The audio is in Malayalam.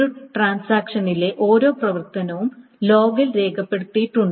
ഒരു ട്രാൻസാക്ഷനിലെ ഓരോ പ്രവർത്തനവും ലോഗിൽ രേഖപ്പെടുത്തിയിട്ടുണ്ട്